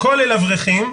כולל אברכים,